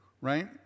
right